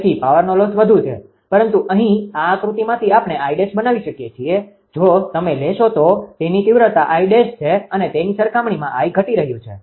તેથી પાવરનો લોસ વધુ છે પરંતુ અહીં આ આકૃતિમાંથી આપણે 𝐼′ બનાવી શકીએ છીએ જો તમે લેશો તો તેની તીવ્રતા 𝐼′ છે અને તેની સરખામણીમાં I ઘટી રહ્યું છે